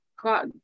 Got